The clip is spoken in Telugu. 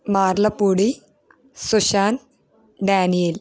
మార్లపుడి సుశాంత్ డ్యానిల్